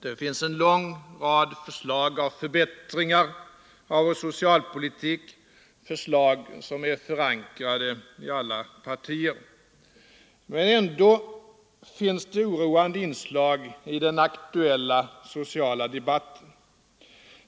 Det finns en lång rad av förslag om förbättringar av vår socialpolitik, förslag som är förankrade i alla partier. Men ändå finns det oroande inslag i den aktuella sociala debatten.